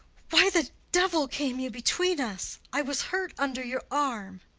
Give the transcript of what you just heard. why the devil came you between us? i was hurt under your arm.